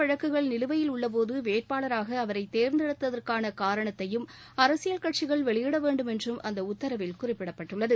வழக்குகள் நிலுவையில் உள்ளபோது வேட்பாளராக அவரை தேர்ந்தெடுத்ததற்கான குற்ற காரணத்தையும் அரசியல் கட்சிகள் வெளியிட வேண்டும் என்று அந்த உத்தரவில் குறிப்பிடப்பட்டுள்ளது